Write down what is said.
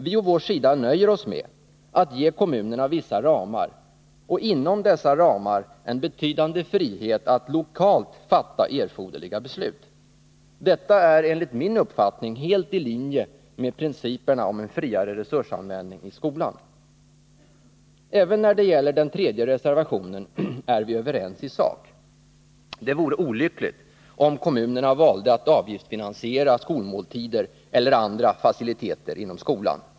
Vi på vår sida nöjer oss med att ge kommunerna vissa ramar och inom dessa ramar en betydande frihet att lokalt fatta erforderliga beslut. Detta är enligt min uppfattning helt i linje med principerna om en friare resursanvändning i skolan. Även när det gäller den tredje reservationen är vi överens i sak. Det vore olyckligt om kommunerna valde att avgiftsfinansiera skolmåltider eller andra faciliteter inom skolan.